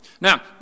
Now